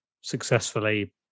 successfully